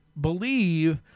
believe